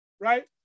right